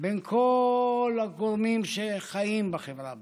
בין כל הגורמים שחיים בחברה הבדואית,